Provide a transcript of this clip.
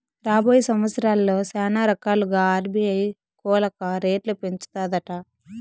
రాబోయే సంవత్సరాల్ల శానారకాలుగా ఆర్బీఐ కోలక రేట్లు పెంచతాదట